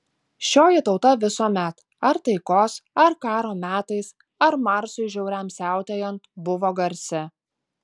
šioji tauta visuomet ar taikos ar karo metais ar marsui žiauriam siautėjant buvo garsi